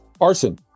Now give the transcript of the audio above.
Arson